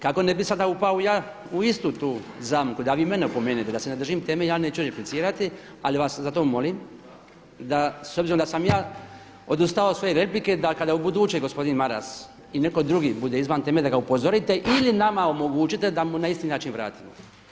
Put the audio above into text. Kako ne bi sada upao u istu tu zamku da vi mene opomenete da se ne držim teme ja neću replicirati, ali vas zato molim da s obzirom da sam ja odustao od svoje replike, da kada u buduće gospodin Maras i netko drugi bude izvan teme da ga upozorite ili nama omogućite da mu na isti način vratimo.